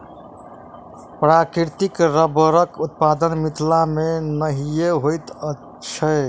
प्राकृतिक रबड़क उत्पादन मिथिला मे नहिये होइत छै